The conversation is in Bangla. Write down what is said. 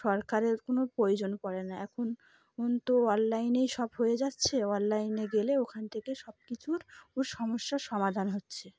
সরকারের কোনো প্রয়োজন পড়ে না এখন তো অনলাইনেই সব হয়ে যাচ্ছে অনলাইনে গেলে ওখান থেকে সব কিছুর ওর সমস্যার সমাধান হচ্ছে